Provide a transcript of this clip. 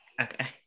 Okay